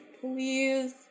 please